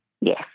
Yes